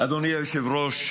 אדוני היושב-ראש,